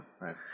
right